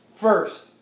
first